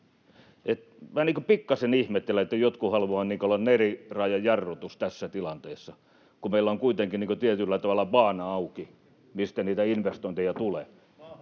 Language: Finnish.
Minä pikkasen ihmettelen, että jotkut haluavat olla neliraajajarrutuksessa tässä tilanteessa, kun meillä on kuitenkin tietyllä tavalla baana auki, mistä niitä investointeja tulee.